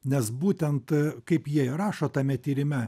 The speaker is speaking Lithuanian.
nes būtent kaip jie ir rašo tame tyrime